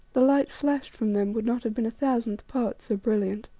the light flashed from them would not have been a thousandth part so brilliant.